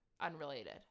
unrelated